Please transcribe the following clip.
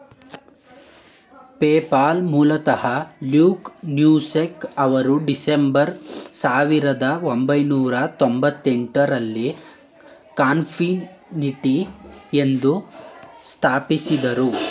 PayPal ಮೂಲತಃ Luke Nosek ಅವರು December ಸಾವಿರದ ಒಂಬೈನೂರ ತೊಂಭತ್ತೆಂಟು ರಲ್ಲಿ ಕಾನ್ಫಿನಿಟಿ ಎಂದು ಸ್ಥಾಪಿಸಿದ್ದ್ರು